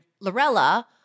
Lorella